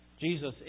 Jesus